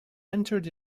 entered